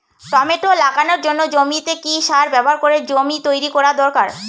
Tomato লাগানোর জন্য জমিতে কি সার ব্যবহার করে জমি তৈরি করা দরকার?